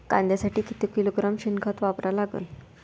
कांद्यासाठी किती किलोग्रॅम शेनखत वापरा लागन?